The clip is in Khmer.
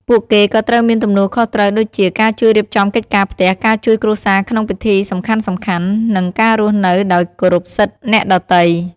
ពួកគេក៏ត្រូវមានទំនួលខុសត្រូវដូចជា ការជួយរៀបចំកិច្ចការផ្ទះ ការជួយគ្រួសារក្នុងពិធីសំខាន់ៗ និងការរស់នៅដោយគោរពសិទ្ធិអ្នកដទៃ។